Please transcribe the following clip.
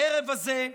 הערב הזה,